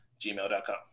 gmail.com